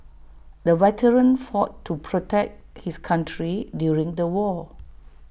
the veteran fought to protect his country during the war